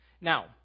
Now